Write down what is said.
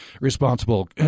responsible